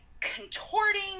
contorting